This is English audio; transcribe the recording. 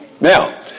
Now